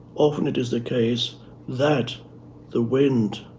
often it is the case that the wind,